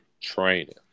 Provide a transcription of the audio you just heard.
training